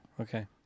okay